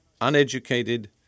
uneducated